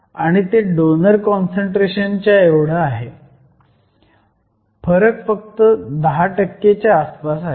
आणि ते donor concentration च्या एवढं आहे फरक फक्त 10 च्या आसपास आहे